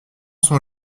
sont